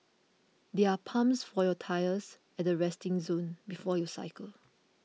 there are pumps for your tyres at the resting zone before you cycle